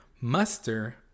muster